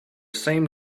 same